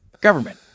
government